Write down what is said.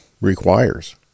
requires